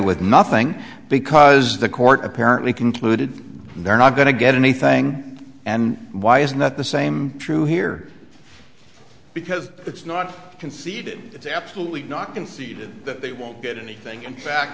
with nothing because the court apparently concluded they're not going to get anything and why isn't that the same true here because it's not conceded it's absolutely not conceded that they won't get anything in fact